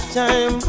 time